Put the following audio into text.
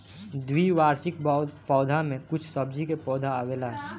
द्विवार्षिक पौधा में कुछ सब्जी के पौधा आवेला